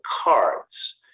cards